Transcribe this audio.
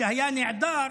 שהיה נעדר,